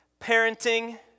parenting